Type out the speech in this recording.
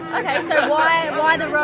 so why why the row?